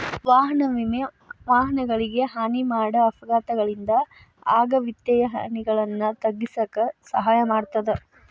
ವಾಹನ ವಿಮೆ ವಾಹನಗಳಿಗೆ ಹಾನಿ ಮಾಡ ಅಪಘಾತಗಳಿಂದ ಆಗ ವಿತ್ತೇಯ ಹಾನಿಗಳನ್ನ ತಗ್ಗಿಸಕ ಸಹಾಯ ಮಾಡ್ತದ